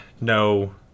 No